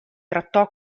trattò